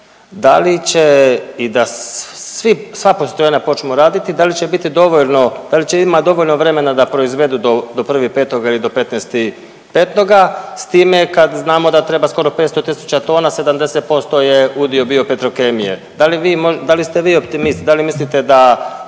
da li će biti dovoljno, da li će imat dovoljno vremena da proizvodu do, do 1.5. ili do 15.5. s time kad znamo da treba skoro 500 tisuća tona, 70% je udio bio Petrokemije, da li vi mož…, da li ste vi optimist, da li mislite da,